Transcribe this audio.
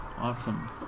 Awesome